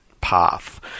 path